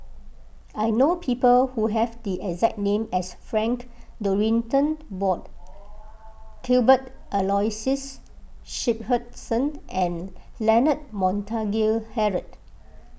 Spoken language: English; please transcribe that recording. I know people who have the exact name as Frank Dorrington Ward Cuthbert Aloysius Shepherdson and Leonard Montague Harrod